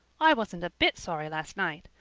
i wasn't a bit sorry last night.